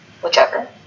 Whichever